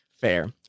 fair